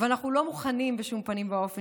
אבל אנחנו לא מוכנים בשום פנים ואופן